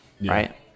right